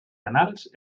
anals